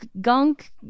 gunk